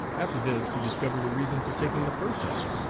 after this he discovered a reason for taking the first half,